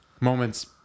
moments